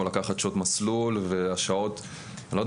או לקחת שעות מסלול.